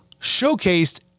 showcased